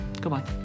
Goodbye